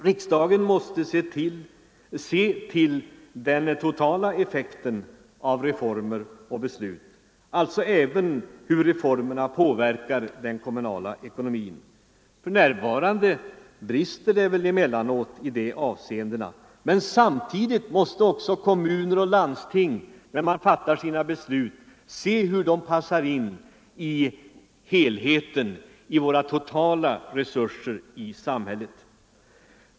Riksdagen måste se till den totala effekten av reformer och beslut, alltså även hur reformerna påverkar den kommunala ekonomin. För närvarande brister det väl emellanåt i de avseendena, men samtidigt måste också kommuner och landsting, när de fattar sina beslut, se hur besluten passar in i helheten, i relation till samhällets totala resurser.